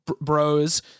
bros